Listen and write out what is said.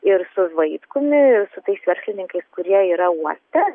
ir su vaitkumi ir su tais verslininkais kurie yra uoste